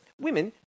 women